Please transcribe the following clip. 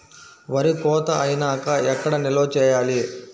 వరి కోత అయినాక ఎక్కడ నిల్వ చేయాలి?